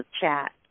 chat